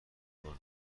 باز